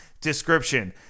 description